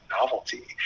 novelty